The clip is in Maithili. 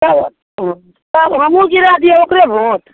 तब तब हमहुँ गिरा दियै ओकरे भोंट